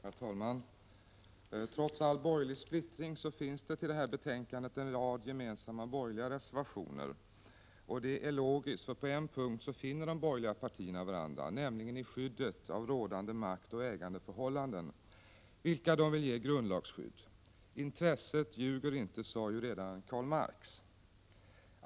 Herr talman! Trots all borgerlig splittring finns det till det här betänkandet en rad gemensamma borgerliga reservationer. Det är logiskt. På en punkt finner de borgerliga partierna varandra, nämligen i skyddet av rådande maktoch ägandeförhållanden, vilka de vill ge grundlagsskydd. Intresset ljuger inte, sade redan Karl Marx.